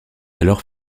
alors